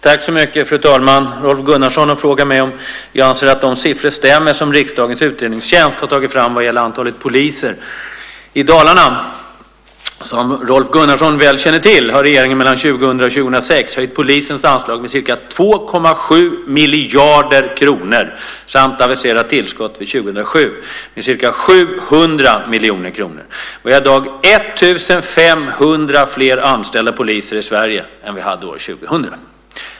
Fru talman! Rolf Gunnarsson har frågat mig om jag anser att de siffror stämmer som riksdagens utredningstjänst, RUT, har tagit fram vad gäller antalet poliser i Dalarna. Som Rolf Gunnarsson väl känner till har regeringen mellan 2000 och 2006 höjt polisens anslag med ca 2,7 miljarder kronor samt aviserat tillskott för 2007 med ca 700 miljoner kronor. Vi har idag 1 500 fler anställda poliser i Sverige än vad vi hade år 2000.